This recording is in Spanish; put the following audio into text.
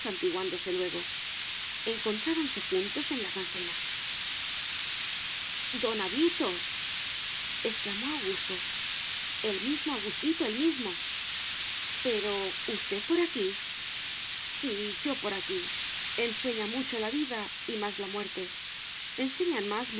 santiguándose luego encontráronse juntos en la cancela don avito exclamó augusto el mismo augustito el mismo pero usted por aquí sí yo por aquí enseña mucho la vida y más la muerte enseñan más